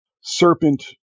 serpent